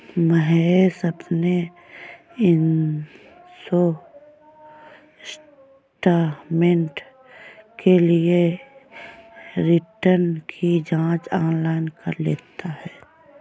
महेश अपने इन्वेस्टमेंट के लिए रिटर्न की जांच ऑनलाइन कर लेता है